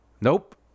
Nope